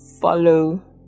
follow